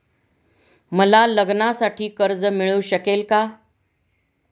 मला लग्नासाठी कर्ज मिळू शकेल का?